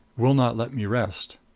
will not let me rest.